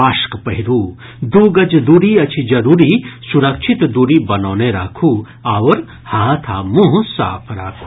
mask पहिरू दू गज दूरी अछि जरूरी सुरक्षित दूरी बनौने राखू आओर हाथ आ मुंह साफ राखू